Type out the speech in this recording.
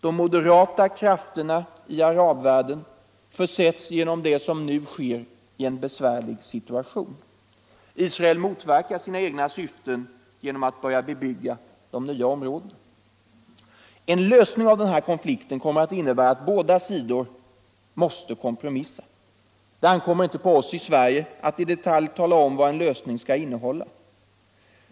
De moderata krafterna i arabvärlden försätts genom det som nu sker i en besvärlig situation. Israel motverkar sina egna syften genom att börja bebygga de nya områdena. En lösning av den här konflikten måste innebära att båda sidor måste kompromissa. Det ankommer inte på oss i Sverige att i detalj tala om vad en lösning skall innehålla.